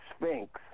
sphinx